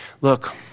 Look